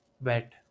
wet